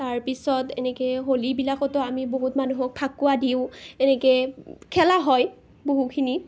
তাৰপিছত এনেকৈ হোলীবিলাকতো আমি বহুত মানুহক ফাকুৱা দিওঁ এনেকে খেলা হয় বহুখিনি